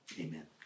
Amen